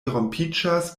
rompiĝas